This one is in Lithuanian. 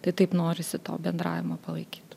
tai taip norisi to bendravimo palaikyt